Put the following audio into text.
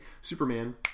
Superman